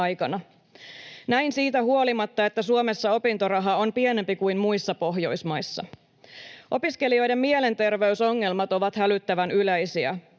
Näin siitä huolimatta, että Suomessa opintoraha on pienempi kuin muissa Pohjoismaissa. Opiskelijoiden mielenterveysongelmat ovat hälyttävän yleisiä.